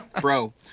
Bro